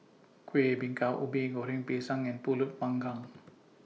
Kueh Bingka Ubi Goreng Pisang and Pulut Panggang